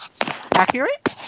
accurate